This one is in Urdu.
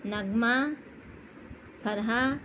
نغمہ فرحہ